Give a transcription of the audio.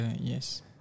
yes